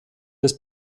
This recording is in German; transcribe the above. des